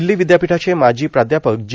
दिल्ली विदयापिठाचे माजी प्राध्यापक जी